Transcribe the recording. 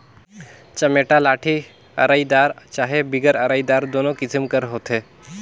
चमेटा लाठी अरईदार चहे बिगर अरईदार दुनो किसिम कर होथे